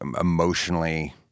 emotionally